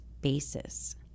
basis